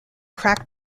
crack